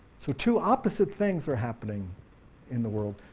so two opposite things are happening in the world.